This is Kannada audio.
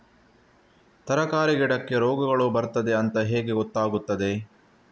ತರಕಾರಿ ಗಿಡಕ್ಕೆ ರೋಗಗಳು ಬರ್ತದೆ ಅಂತ ಹೇಗೆ ಗೊತ್ತಾಗುತ್ತದೆ?